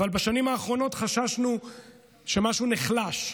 אבל בשנים האחרונות חששנו שמשהו נחלש.